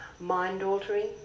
mind-altering